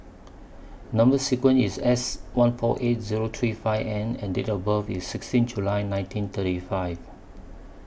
Number sequence IS S one four eight Zero three five N and Date of birth IS sixteen July nineteen thirty five